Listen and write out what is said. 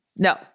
No